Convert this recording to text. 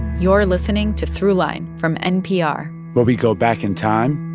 you're listening to throughline from npr where we go back in time.